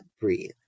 breathe